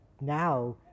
now